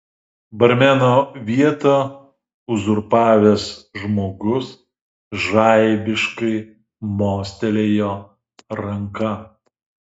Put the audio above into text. barmeno vietą uzurpavęs žmogus žaibiškai mostelėjo ranka